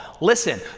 listen